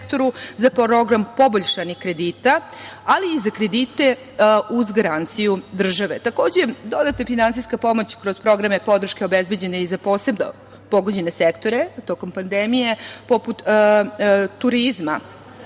za program poboljšanih kredita, ali i za kredite uz garanciju države. Takođe, dodatna finansijska pomoć kroz programe podrške obezbeđena je i za posebno pogođene sektore tokom pandemije poput turizma. Osim